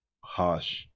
Harsh